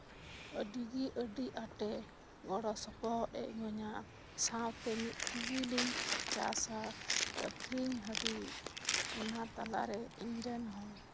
ᱟᱹᱰᱤ ᱜᱮ ᱟᱹᱰᱤ ᱟᱸᱴᱮ ᱜᱚᱲᱚ ᱥᱚᱯᱚᱦᱚᱫ ᱮ ᱮᱢᱟᱹᱧᱟ ᱥᱟᱶᱛᱮ ᱢᱤᱫ ᱛᱮᱜᱮ ᱞᱤᱧ ᱪᱟᱥᱟ ᱟᱹᱠᱷᱨᱤᱧ ᱦᱟᱹᱵᱤᱡ ᱚᱱᱟ ᱛᱟᱞᱟ ᱨᱮ ᱤᱧ ᱨᱮᱱ ᱦᱚᱲ